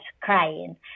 crying